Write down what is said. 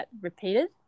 repeated